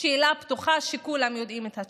שאלה פתוחה, וכולם יודעים את התשובה.